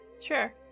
Sure